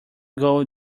gold